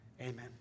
Amen